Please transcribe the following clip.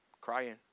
crying